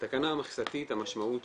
המשמעות של התקנה המכסתית היא שאנחנו,